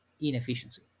inefficiency